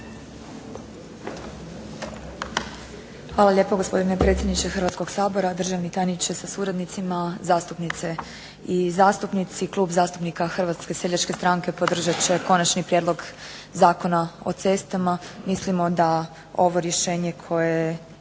Hvala lijepo gospodine predsjedniče Hrvatskog sabora, državni tajniče sa suradnicima, zastupnice i zastupnici. Klub zastupnika Hrvatske seljačke stranke podržat će Konačni prijedlog zakona o cestama. Mislimo da ovo rješenje koje